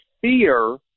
fear